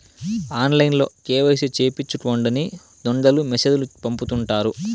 ఆన్లైన్లో కేవైసీ సేపిచ్చుకోండని దొంగలు మెసేజ్ లు పంపుతుంటారు